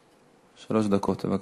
שלוש דקות, בבקשה.